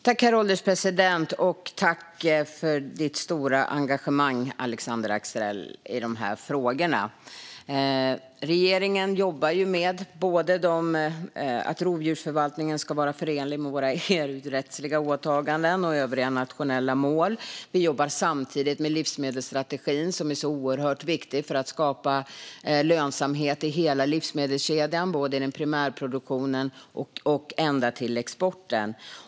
Herr ålderspresident! Tack, Alexandra Anstrell, för ditt stora engagemang i dessa frågor! Regeringen jobbar med att rovdjursförvaltningen ska vara förenlig med våra EU-rättsliga åtaganden och övriga nationella mål. Vi jobbar samtidigt med livsmedelsstrategin som är oerhört viktig för att skapa lönsamhet i hela livsmedelskedjan, från primärproduktionen ända till exporten.